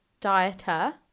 dieter